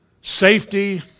safety